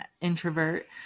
introvert